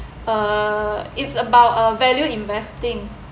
uh it's about uh value investing